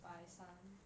by some